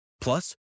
Plus